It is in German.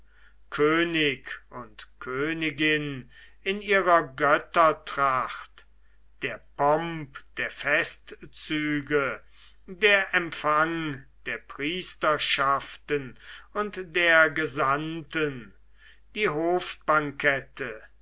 könig und königin in ihrer göttertracht der pomp der festzüge der empfang der priesterschaften und der gesandten die